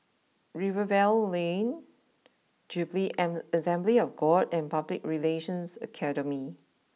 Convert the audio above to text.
Rivervale Lane Jubilee Assembly of God and Public Relations Academy